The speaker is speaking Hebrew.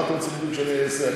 מה אתה רוצה בדיוק שאני אעשה?